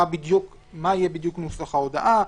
מה יהיה בדיוק נוסח ההודעה,